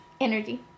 energy